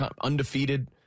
undefeated